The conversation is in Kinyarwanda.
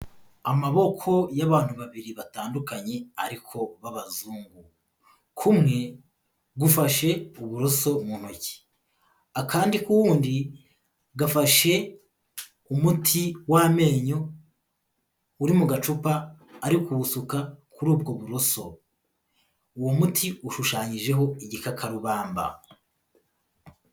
Amaboko y'abantu babiri batandukanye ariko b'abazungu, kumwe gufashe uburoso mu ntoki, akandi k'uwundi gafashe umuti w'amenyo uri mu gacupa ari kuwusuka kuri ubwo buroso, uwo muti ushushanyijeho igikakarubamba.